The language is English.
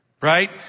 right